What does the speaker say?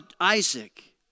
Isaac